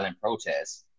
protests